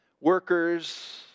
workers